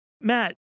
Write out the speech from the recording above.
Matt